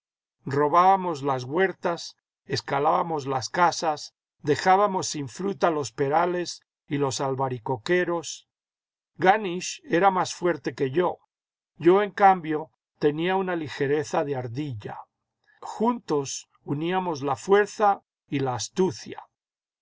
robábamos las huertas escalábamos las casas dejábamos sin fruta los perales y los albaricoqueros ganisch era más fuerte que yo yo en cambio tenía una ligereza de ardilla juntos uníamos la fuerza y la astucia